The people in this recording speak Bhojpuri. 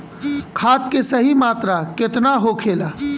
खाद्य के सही मात्रा केतना होखेला?